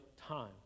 time